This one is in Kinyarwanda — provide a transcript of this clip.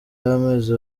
y’amezi